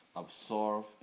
absorb